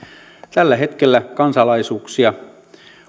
tällä hetkellä kansalaisuuksia